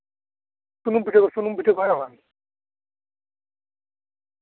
ᱥᱩᱱᱩᱢ ᱯᱤᱴᱷᱟᱹ ᱥᱩᱱᱩᱢ ᱯᱤᱴᱷᱟᱹ ᱠᱚ ᱦᱮᱸ ᱵᱟᱝ